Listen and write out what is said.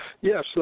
yes